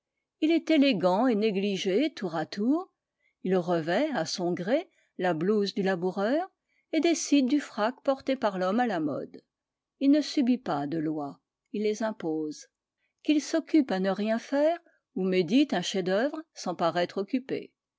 il est élégant et négligé tour à tour il revêt à son gré la blouse du laboureur et décide du frac porté par l'homme à la mode il ne subit pas de lois il les impose qu'il s'occupe à ne rien faire ou médite un chef-d'œuvre sans paraître